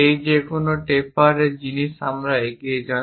এই যে কোনো টেপার জিনিস আমরা এগিয়ে যান